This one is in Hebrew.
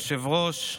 אדוני היושב-ראש.